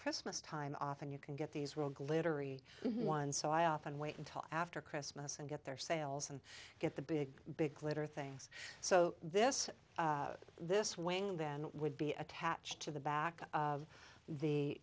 christmas time often you can get these real glittery one so i often wait until after christmas and get their sales and get the big big glitter things so this this wing then would be attached to the back of the